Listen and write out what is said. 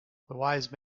wise